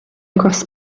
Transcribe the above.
across